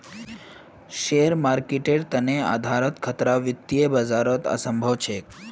share मार्केटेर तने आधारोत खतरा वित्तीय बाजारत असम्भव छेक